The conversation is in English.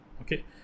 okay